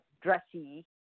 dressy